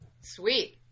sweet